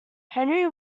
henry